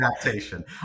adaptation